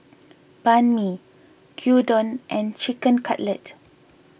Banh Mi Gyudon and Chicken Cutlet